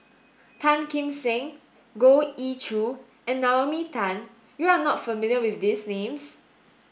Tan Kim Seng Goh Ee Choo and Naomi Tan you are not familiar with these names